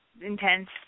intense